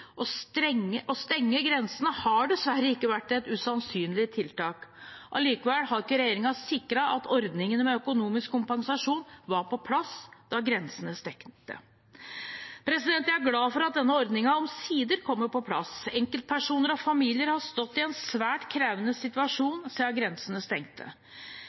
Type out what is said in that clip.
stenge grensene har dessverre ikke vært et usannsynlig tiltak. Likevel har ikke regjeringen sikret at ordningene med økonomisk kompensasjon var på plass da grensene stengte. Jeg er glad for at denne ordningen omsider kommer på plass. Enkeltpersoner og familier har stått i en svært krevende situasjon siden grensene stengte.